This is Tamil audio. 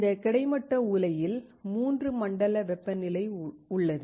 இந்த கிடைமட்ட உலையில் 3 மண்டல வெப்பநிலை உள்ளது